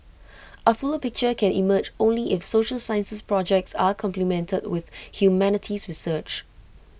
A fuller picture can emerge only if social sciences projects are complemented with humanities research